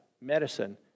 medicine